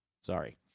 sorry